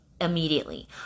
immediately